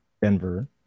Denver